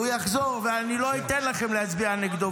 הוא יחזור, ואני לא אתן לכם להצביע נגדו.